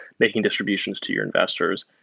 making distributions to your investors.